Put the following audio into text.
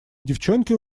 девчонки